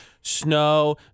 snow